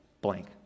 Blank